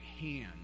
hand